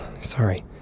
Sorry